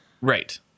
Right